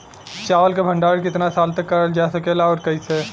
चावल क भण्डारण कितना साल तक करल जा सकेला और कइसे?